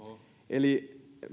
eli